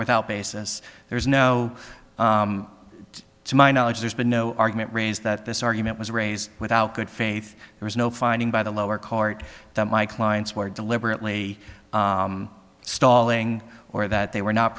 without basis there is no to my knowledge there's been no argument raised that this argument was raised without good faith there is no finding by the lower court that my clients were deliberately stalling or that they were not